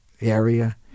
area